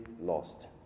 lost